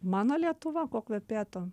mano lietuva kuo kvepėtų